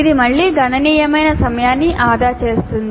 ఇది మళ్ళీ గణనీయమైన సమయాన్ని ఆదా చేస్తుంది